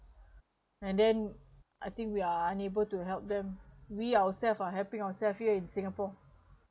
and then I think we are unable to help them we ourself are helping ourselves here in singapore